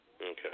Okay